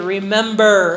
Remember